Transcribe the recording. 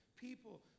people